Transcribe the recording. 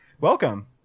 Welcome